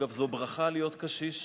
אגב, זו ברכה להיות קשיש.